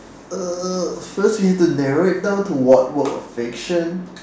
uh first we need to narrow it down to what work of fiction